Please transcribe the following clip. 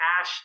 Ash